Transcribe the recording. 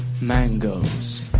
mangoes